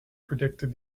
predicted